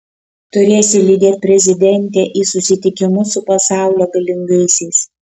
turėsi lydėt prezidentę į susitikimus su pasaulio galingaisiais